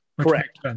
Correct